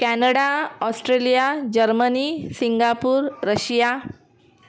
Canada Australia Germany Singapore Russia